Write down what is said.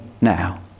now